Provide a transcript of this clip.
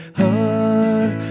heart